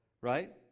right